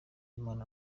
imana